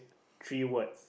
three words